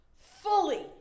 fully